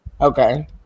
Okay